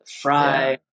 fry